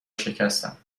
شکستم